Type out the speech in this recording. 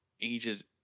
ages